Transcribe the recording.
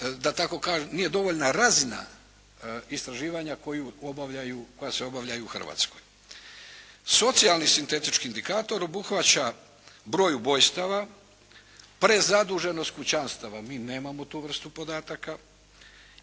ali to nije dovoljna razina istraživanja koja se obavljaju u Hrvatskoj. Socijalni sintetički indikator obuhvaća broj ubojstava, prezaduženost kućanstava, mi nemamo tu vrstu podataka,